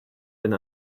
been